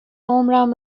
عمرم